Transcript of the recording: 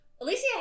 Alicia